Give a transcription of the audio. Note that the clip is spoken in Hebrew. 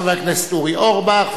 חבר הכנסת אורי אורבך,